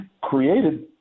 created